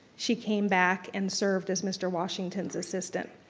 she came back and served as mr. washington's assistant.